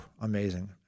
Amazing